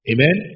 Amen